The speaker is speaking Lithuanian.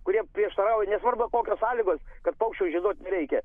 kurie prieštarauja nesvarbu kokios sąlygos kad paukščių žieduot nereikia